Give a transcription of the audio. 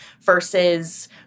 versus